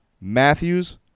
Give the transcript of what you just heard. Matthews